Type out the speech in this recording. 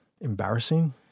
embarrassing